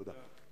תודה.